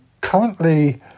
currently